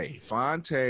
Fonte